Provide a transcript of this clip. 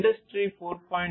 industry 4